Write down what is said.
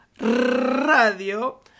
Radio